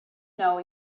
know